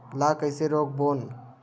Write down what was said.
ला कइसे रोक बोन?